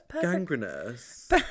gangrenous